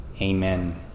Amen